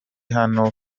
hano